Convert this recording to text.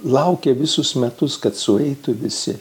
laukia visus metus kad sueitų visi